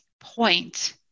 point